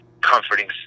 comforting